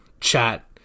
chat